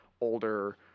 older